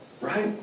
right